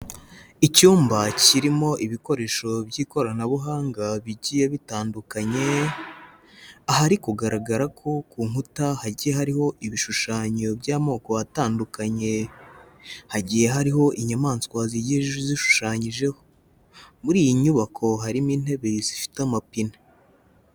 Icyumba kirimo ibikoresho by'ikoranabuhanga bigiye bitandukanye, ahari kugaragara ko ku nkuta hagiye hariho ibishushanyo by'amoko atandukanye. Hagiye hariho inyamaswa zigiye zishushanyijeho. Muri iyi nyubako harimo intebe zifite amapine.